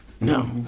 No